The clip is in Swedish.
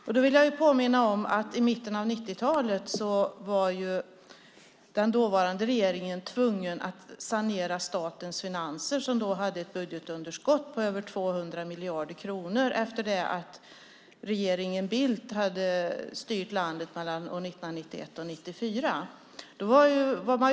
Jag vill påminna om att i mitten av 90-talet var den dåvarande regeringen tvungen att sanera statens finanser, som då hade ett budgetunderskott på över 200 miljarder kronor efter det att regeringen Bildt hade styrt landet mellan 1991 och 1994.